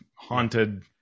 haunted